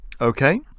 Okay